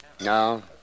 No